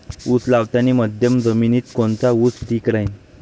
उस लावतानी मध्यम जमिनीत कोनचा ऊस ठीक राहीन?